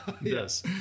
Yes